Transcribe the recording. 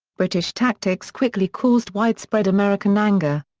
british tactics quickly caused widespread american anger.